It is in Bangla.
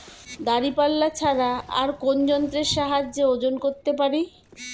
দাঁড়িপাল্লা ছাড়া আর কোন যন্ত্রের সাহায্যে ওজন করতে পারি?